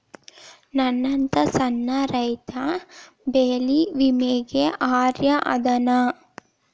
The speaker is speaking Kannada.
ನನ್ನಂತ ಸಣ್ಣ ರೈತಾ ಬೆಳಿ ವಿಮೆಗೆ ಅರ್ಹ ಅದನಾ?